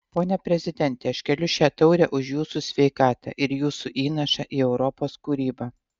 pone prezidente aš keliu šią taurę už jūsų sveikatą ir jūsų įnašą į europos kūrybą